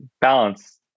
balance